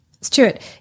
Stuart